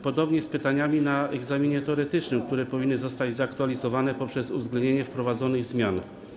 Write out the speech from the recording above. Podobnie jest z pytaniami na egzaminie teoretycznym, które powinny zostać zaktualizowane poprzez uwzględnienie wprowadzonych zmian.